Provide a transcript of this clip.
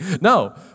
No